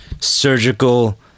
surgical